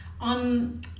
On